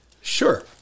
Sure